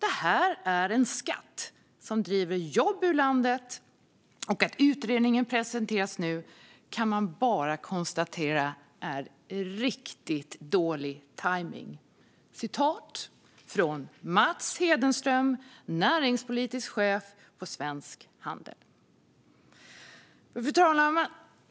"Det här är en skatt som driver jobb ur landet och att utredningen presenteras nu kan man bara konstatera är riktigt dålig tajming." Citatet kommer från Mats Hedenström, näringspolitisk chef på Svensk Handel. Fru talman!